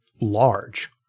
large